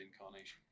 incarnation